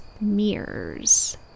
mirrors